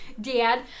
Dad